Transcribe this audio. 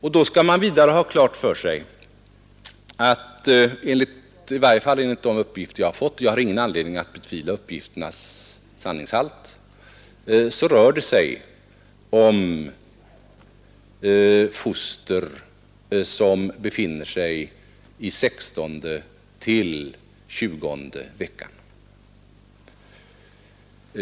Man skall vidare ha klart för sig att det i varje fall enligt de uppgifter jag har fått — och jag har ingen anledning att betvivla uppgifternas sanningshalt — rör sig om foster som befinner sig i 16:e till 20:e veckan.